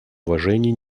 уважении